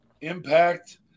Impact